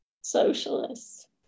socialist